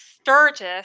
Sturgis